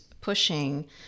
pushing